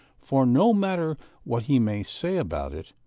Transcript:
for, no matter what he may say about it,